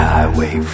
Highway